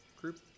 group